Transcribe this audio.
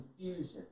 confusion